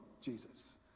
jesus